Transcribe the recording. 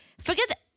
forget